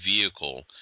vehicle